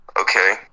Okay